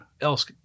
else